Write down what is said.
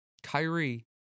Kyrie